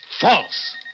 False